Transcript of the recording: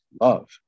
love